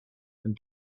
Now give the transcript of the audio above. and